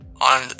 on